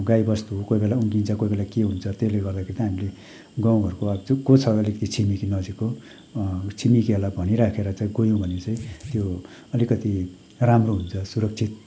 गाई बस्तु कोही बेला उम्किन्छ कोही बेला के हुन्छ त्यसले गर्दाखेरि चाहिँ हामीले गाउँ घरको अब को छ अलिकति छिमेकी नजिकको छिमेकीहरूलाई भनी राखेर चाहिँ गयौँ भने चाहिँ त्यो अलिकति राम्रो हुन्छ सुरक्षित